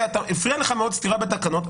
הפריעה לך מאוד סתירה בתקנות,